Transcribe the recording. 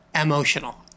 Emotional